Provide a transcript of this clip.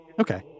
okay